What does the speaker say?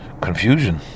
confusion